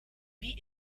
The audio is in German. wie